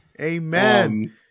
Amen